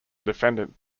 defendant